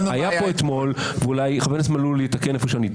שהיה אתמול זה שחבורה של בריונים נאלחים,